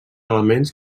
elements